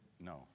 No